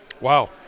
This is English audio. Wow